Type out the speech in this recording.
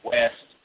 West